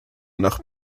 nach